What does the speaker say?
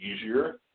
easier